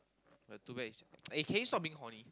but too bad is eh can you stop being horny